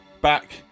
back